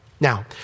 Now